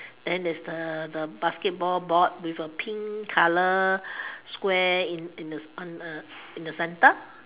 then there is the the basketball board with a pink color square in in the on the in the centre